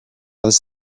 this